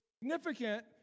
significant